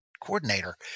coordinator